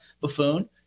buffoon